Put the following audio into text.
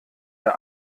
der